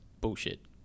bullshit